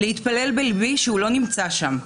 להתפלל בליבי שהוא לא נמצא שם,